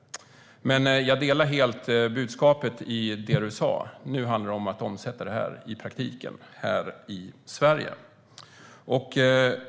Men jag delar helt ditt budskap om att det nu handlar om att omsätta det här i praktiken, här i Sverige.